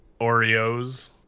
Oreos